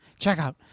Checkout